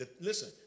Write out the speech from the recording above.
Listen